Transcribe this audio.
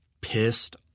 pissed